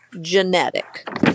genetic